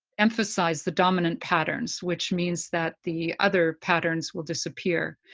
emphasize the dominant patterns, which means that the other patterns will disappear.